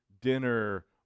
dinner